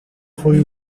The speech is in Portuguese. foi